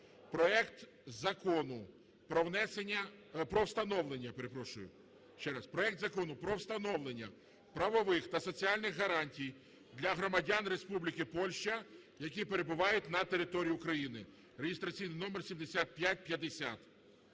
проект Закону про встановлення правових та соціальних гарантій для громадян Республіки Польща, які перебувають на території України (реєстраційний номер 7550).